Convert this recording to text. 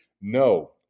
no